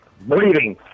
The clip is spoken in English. Breathing